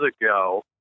ago